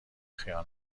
خیانت